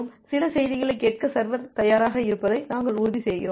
சில செய்திகளைக் கேட்க சர்வர் தயாராக இருப்பதை நாங்கள் உறுதி செய்கிறோம்